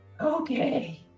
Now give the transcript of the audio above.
okay